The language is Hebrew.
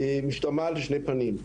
משתמעת לשני פנים,